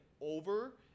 over